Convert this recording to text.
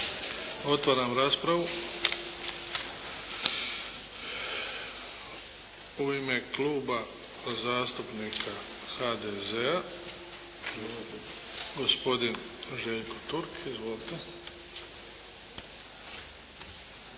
Otvaram raspravu. U ime Kluba zastupnika HDZ-a, gospodin Željko Turk. Izvolite.